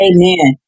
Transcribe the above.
Amen